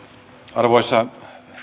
arvoisa